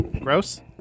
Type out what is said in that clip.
Gross